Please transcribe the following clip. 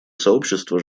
сообщество